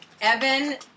Evan